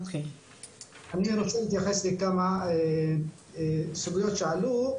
אני רוצה להתייחס לכמה סוגיות שעלו,